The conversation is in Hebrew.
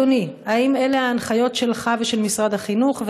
אדוני: האם אלה ההנחיות שלך ושל משרד החינוך,